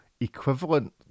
equivalent